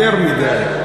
יותר מדי,